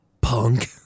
Punk